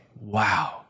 wow